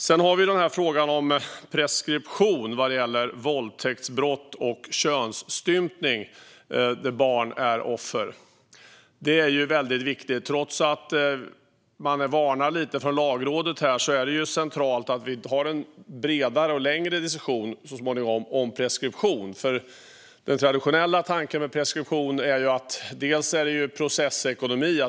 Sedan har vi frågan om preskription vad gäller våldtäktsbrott och könsstympning där barn är offer. Det är väldigt viktigt. Trots att Lagrådet vill varna lite är det centralt att vi senare har en bredare och längre diskussion om preskription. Den traditionella tanken med preskription är processekonomi.